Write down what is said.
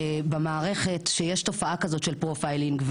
במערכת שיש תופעה כזאת של פרופיילינג.